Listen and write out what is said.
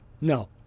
No